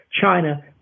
China